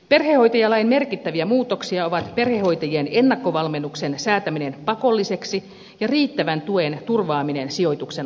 perhehoitajalain merkittäviä muutoksia ovat perhehoitajien ennakkovalmennuksen säätäminen pakolliseksi ja riittävän tuen turvaaminen sijoituksen aikana